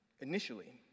Initially